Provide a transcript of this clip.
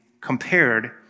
compared